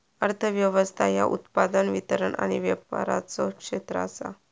अर्थ व्यवस्था ह्या उत्पादन, वितरण आणि व्यापाराचा क्षेत्र आसा